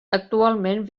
actualment